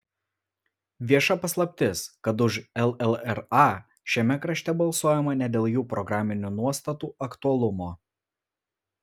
vieša paslaptis kad už llra šiame krašte balsuojama ne dėl jų programinių nuostatų aktualumo